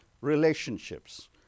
relationships